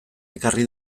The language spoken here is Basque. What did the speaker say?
ekarri